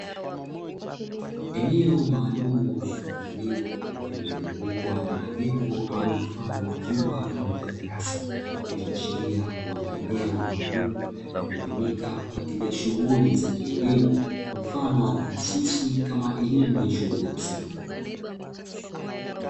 Eneo maalumu lenye utulivu, lililozungukwa na majengo au mfano wa vyumba kama vya darasa ikiashiria kuwa ni eneo maalumu lililotumika kwaajili ya shughuli za kielimu mfano wa taasisi kama elimu ya shule ya msingi.